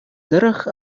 тӑрӑх